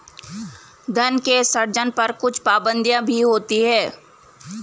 धन के सृजन पर कुछ पाबंदियाँ भी होती हैं